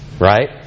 Right